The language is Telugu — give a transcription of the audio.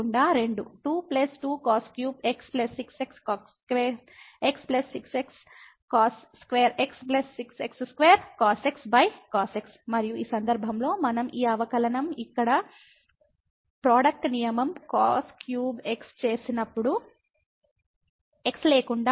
2 2 cos3x 6x cos2x 6x cos2x 6x2cos x cos x మరియు ఈ సందర్భంలో మనం ఈ అవకలనం ఇక్కడ ప్రోడక్ట నియమం cos3x చేసినప్పుడు 2 లేకుండా x ఉంటుంది